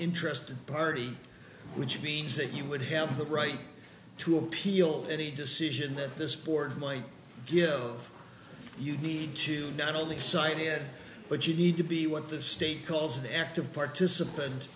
interested party which means that you would have the right to appeal any decision that this board might give of you need to not only cite here but you need to be what the state calls an active participant